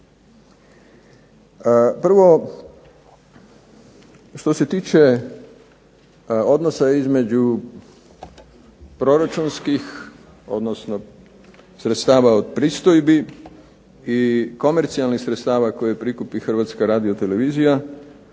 Prvo, što se tiče odnosa između proračunskih odnosno sredstava od pristojbi i komercijalnih sredstava koje prikupi Hrvatska radiotelevizija.